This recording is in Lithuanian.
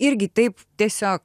irgi taip tiesiog